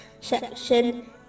section